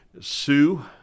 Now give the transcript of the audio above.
Sue